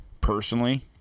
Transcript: personally